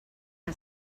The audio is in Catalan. que